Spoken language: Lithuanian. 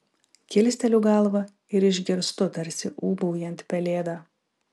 kilsteliu galvą ir išgirstu tarsi ūbaujant pelėdą